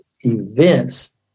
events